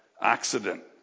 accident